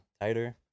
tighter